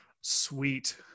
Sweet